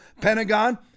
Pentagon